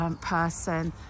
person